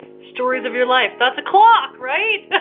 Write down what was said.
stories of your life that's a clock right?